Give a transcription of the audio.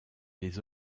des